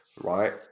right